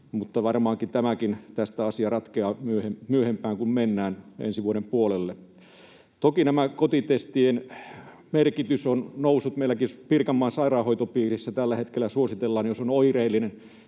mutta varmaankin tämäkin asia ratkeaa, kun mennään myöhempään, ensi vuoden puolelle. Toki näiden kotitestien merkitys on noussut. Meilläkin Pirkanmaan sairaanhoitopiirissä tällä hetkellä suositellaan, että jos on oireellinen